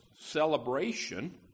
celebration